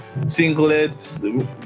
singlets